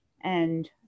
And-